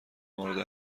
مورد